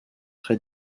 très